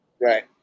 Right